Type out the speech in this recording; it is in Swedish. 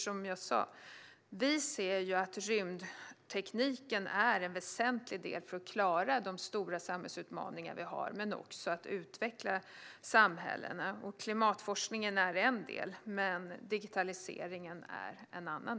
Som sagt är rymdtekniken väsentlig för att klara de stora samhällsutmaningar vi har och utveckla samhället. Klimatforskningen är en del av det, digitaliseringen en annan.